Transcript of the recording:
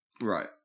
Right